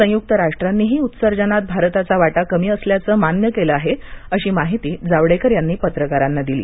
संयुक्त राष्ट्रांनीही उत्सर्जनात भारताचा वाटा कमी असल्याचं मान्य केलं आहे अशी माहिती जावडेकर यांनी पत्रकारांना दिली